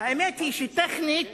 האמת היא שטכנית